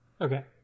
Okay